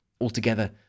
altogether